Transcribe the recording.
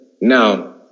now